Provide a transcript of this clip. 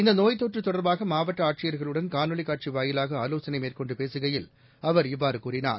இந்தநோய் தொற்றுதொடர்பாகமாவட்டஆட்சியர்களுடன் காணொலிகாட்சிவாயிலாகஆலோசனைமேற்கொண்டுபேசுகையில் அவர் இவ்வாறுகூறினார்